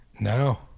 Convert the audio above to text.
No